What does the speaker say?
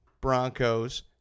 Broncos